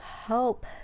help